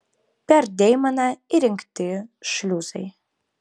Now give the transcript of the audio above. per deimeną įrengti šliuzai